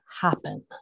happen